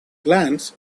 glance